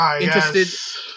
interested